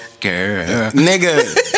Nigga